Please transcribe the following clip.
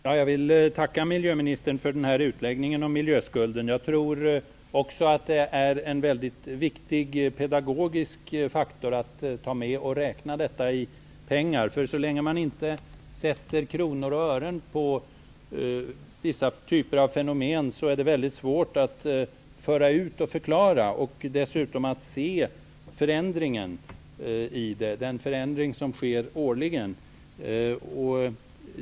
Herr talman! Jag vill tacka miljöministern för utläggningen om miljöskulden. Jag tror också att det är en väldigt viktig pedagogisk faktor att räkna detta i pengar. Så länge man inte sätter kronor och ören på vissa typer av fenomen, är det svårt att föra ut, förklara och se den förändring som sker årligen.